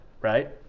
right